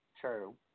true